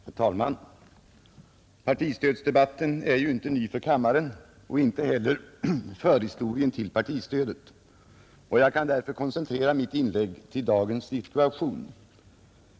Herr talman! Partistödsdebatten är inte ny för kammaren och inte heller förhistorien till partistödet. Jag kan därför koncentrera mitt inlägg till dagens situation.